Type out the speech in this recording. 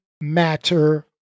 matter